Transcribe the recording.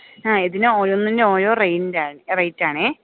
ആ ഇതിന് ഓരോന്നിനും ഓരോ റേഞ്ച് റേറ്റ് ആണ്